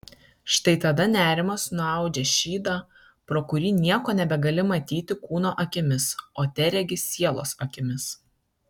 štai tada nerimas nuaudžia šydą pro kurį nieko nebegali matyti kūno akimis o teregi sielos akimis